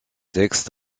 textes